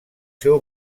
seu